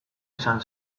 izan